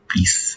Peace